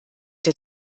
der